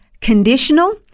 conditional